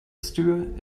stew